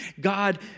God